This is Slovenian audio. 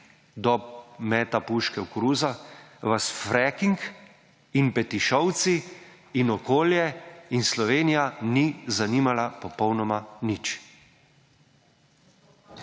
do meta puške v koruzo, vas fracking in Petišovci in okolje in Slovenija ni zanimala popolnoma nič.